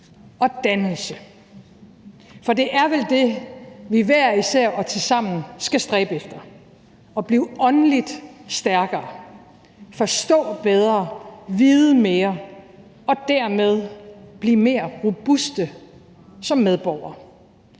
og dannelse. For det er vel det, vi hver især og tilsammen skal stræbe efter, altså at blive åndeligt stærkere, forstå bedre, vide mere og dermed blive mere robuste som medborgere.